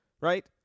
right